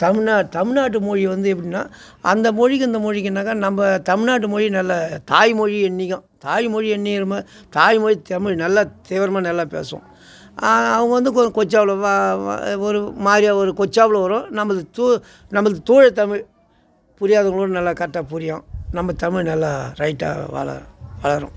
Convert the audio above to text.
தமிழ்நாட் தமிழ்நாட்டு மொழி வந்து எப்படின்னா அந்த மொழிக்கும் இந்த மொழிக்கும் என்னாக்க நம்ம தமிழ்நாட்டு மொழி நல்ல தாய் மொழி என்றைக்கும் தாய்மொழி எந்நேரமாக தாய்மொழி தமிழ் நல்லா தீவிரமாக நல்லா பேசுவோம் அவங்க வந்து கொ கொஞ்சம் அவ்வளோவா வா வா ஒரு மாதிரியா ஒரு கொச்சாப்புல வரும் நம்மளுக்கு தூ நம்மளுக்கு தூய தமிழ் புரியாதவர்களும் நல்லா கரெக்டாக புரியும் நம்ம தமிழ் நல்லா ரைட்டாக வள வளரும்